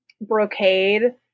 brocade